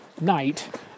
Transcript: night